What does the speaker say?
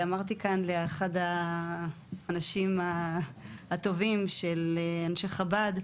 אמרתי כאן לאחד האנשים הטובים של אנשי חב"ד,